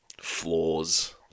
flaws